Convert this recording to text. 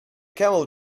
camel